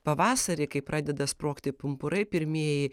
pavasarį kai pradeda sprogti pumpurai pirmieji